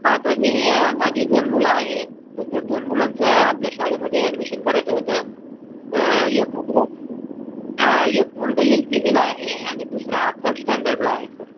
हा तर मी माझी दोन मुलं आहेत तर त्या दोन मुलांचं आपल्या शाळेमध्ये ॲडमिशन करायचं होतं एक मुलगा हा एक मुलगा येल के जीला आहे आणि दुसरा थर्ड स्टँडर्डला आहे सर